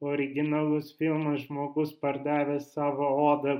originalus filmas žmogus pardavęs savo odą